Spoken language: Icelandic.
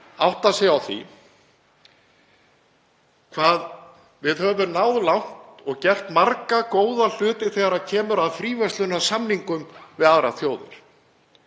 átta sig á því hvað við höfum náð langt og gert marga góða hluti þegar kemur að fríverslunarsamningum við aðrar þjóðir.